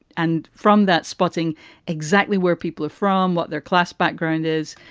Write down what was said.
and from that spotting exactly where people are from, what their class background is.